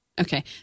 okay